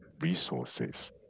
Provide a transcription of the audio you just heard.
resources